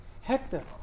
Hector